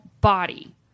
body